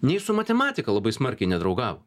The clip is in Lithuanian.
nei su matematika labai smarkiai nedraugavo